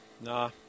Nah